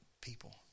people